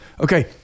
Okay